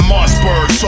Mossberg